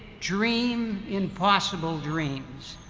dream impossible dreams.